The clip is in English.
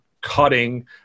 cutting –